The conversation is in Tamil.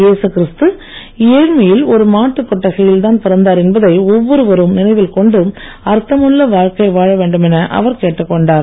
ஏசு கிறிஸ்து ஏழ்மையில் ஒரு மாட்டுக் கொட்டகையில் தான் பிறந்தார் என்பதை ஒவ்வொருவரும் நினைவில் கொண்டு அர்த்தமுள்ள வாழ்க்கை வாழ வேண்டும் என அவர் கேட்டுக் கொண்டார்